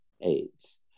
AIDS